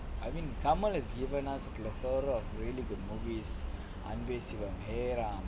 I mean kamal has given us a plethora of really good movies anbe sivam